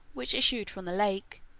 which issues from the lake,